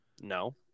No